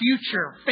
future